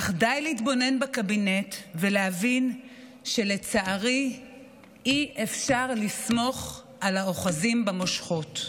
אך די להתבונן בקבינט ולהבין שלצערי אי-אפשר לסמוך על האוחזים במושכות.